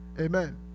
Amen